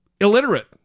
Illiterate